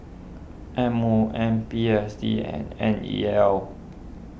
M O M P S D and N E L